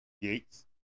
Yates